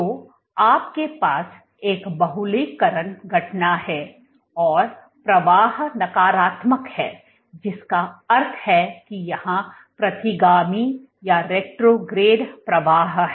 तो आपके पास एक बहुलककरण घटना है और प्रवाह नकारात्मक है जिसका अर्थ है कि यहां प्रतिगामी प्रवाह है